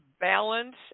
Balance